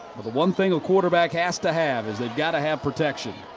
one thing a quarterback has to have is they've got to have protection.